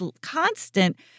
constant